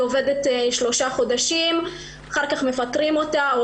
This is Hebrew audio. היא עובדת שלושה חודשים ואז מפטרים אותה או